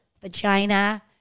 vagina